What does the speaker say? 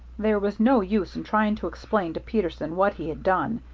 there was no use in trying to explain to peterson what he had done,